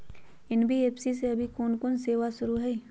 NBFC में अभी कोन कोन सेवा शुरु हई?